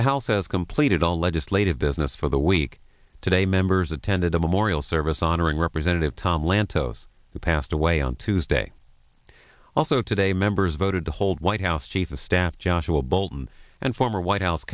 the house has completed all legislative business for the week today members attended a memorial service honoring representative tom lantos who passed away on tuesday also today members voted to hold white house chief of staff joshua bolten and former white house